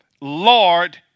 Lord